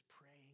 praying